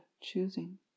choosing